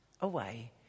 away